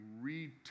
read